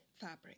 fabric